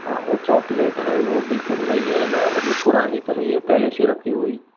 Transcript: हाँ ओ चॉकलेट है वो बिल्कुल नई है ना मतलब पुरानी तो नहीं है पहले से रखी हुई